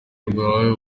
rwawe